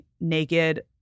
naked